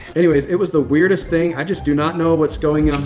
anyways, it was the weirdest thing. i just do not know what's going